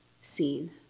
seen